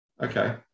okay